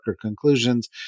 conclusions